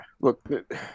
Look